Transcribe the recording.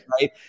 right